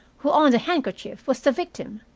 who owned the handkerchief, was the victim.